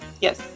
yes